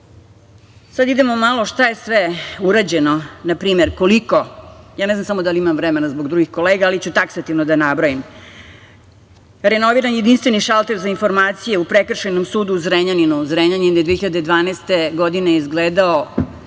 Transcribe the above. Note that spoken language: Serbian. idemo malo šta je sve urađeno, na primer koliko. Ne znam samo da li imam vremena zbog drugih kolega, ali ću taksativno da nabrojim. Renoviran je jedinstveni šalter za informacije u prekršajnom sudu u Zrenjaninu. Zrenjanin je do 2012. godine izgledao